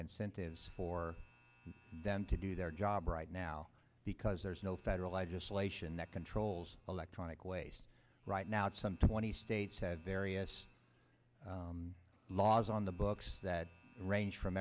incentives for them to do their job right now because there's no federal legislation that controls electronic waste right now some twenty states had various laws on the books that range from